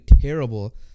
terrible